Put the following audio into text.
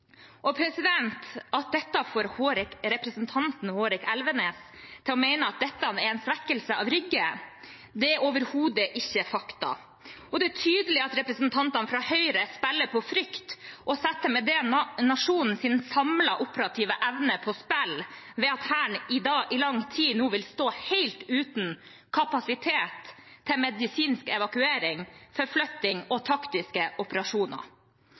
Dette får representanten Hårek Elvenes til å mene at dette er en svekkelse av Rygge. Det er overhodet ikke fakta. Det er tydelig at representantene fra Høyre spiller på frykt, og setter med det nasjonens samlede operative evne i spill ved at Hæren i lang tid nå vil stå helt uten kapasitet til medisinsk evakuering, forflytting og taktiske operasjoner.